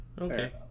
Okay